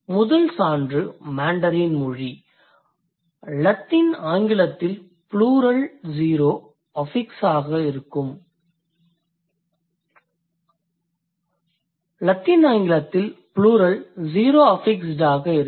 முதல் சான்று மாண்டரின் மொழி லத்தீன் ஆங்கிலத்தில் ப்ளூரல் ஸீரோ அஃபிக்ஸ்டாக இருக்கும்